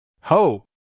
Ho